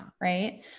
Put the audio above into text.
Right